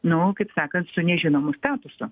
nu kaip sakant su nežinomu statusu